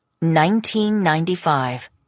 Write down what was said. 1995